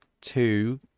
two